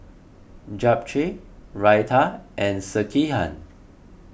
Japchae Raita and Sekihan